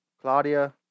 Claudia